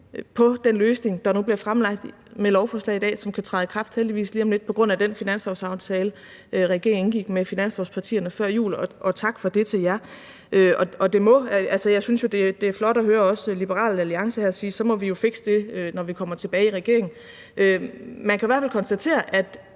på den løsning, der nu bliver fremlagt med lovforslaget i dag, og som heldigvis kan træde i kraft lige om lidt på grund af den finanslovsaftale, regeringen indgik med finanslovspartierne før jul – og tak for det til jer. Jeg synes jo, det er flot at høre også Liberal Alliance her sige: Så må vi jo fikse det, når vi kommer tilbage i regering. Man kan i hvert fald konstatere, at